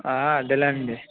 అదేలేండి